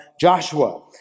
Joshua